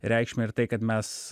reikšmę ir tai kad mes